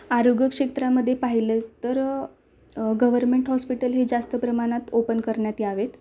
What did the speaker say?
आरोग्य क्षेत्रामध्ये पाहिलं तर गव्हर्मेंट हॉस्पिटल हे जास्त प्रमाणात ओपन करण्यात यावेत